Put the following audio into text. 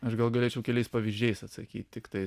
aš gal galėčiau keliais pavyzdžiais atsakyt tiktais